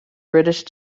british